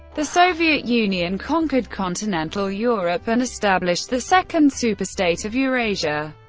the soviet union conquered continental europe and established the second superstate of eurasia.